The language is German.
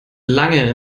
lange